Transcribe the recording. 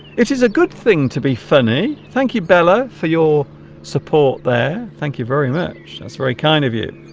it is a good thing to be funny thank you bella for your support there thank you very much that's very kind of you